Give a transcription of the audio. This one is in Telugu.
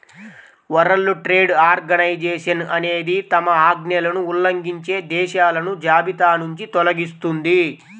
వరల్డ్ ట్రేడ్ ఆర్గనైజేషన్ అనేది తమ ఆజ్ఞలను ఉల్లంఘించే దేశాలను జాబితానుంచి తొలగిస్తుంది